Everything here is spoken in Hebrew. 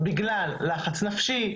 בגלל לחץ נפשי,